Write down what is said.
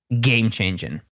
game-changing